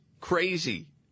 crazy